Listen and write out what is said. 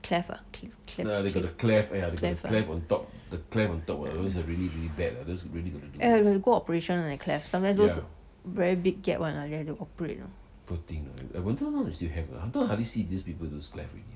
cleft ah cl~ cleft cleft cleft ah eh ha~ go operation [one] eh cleft sometimes those very big gap [one] ah then have to go operate y~ know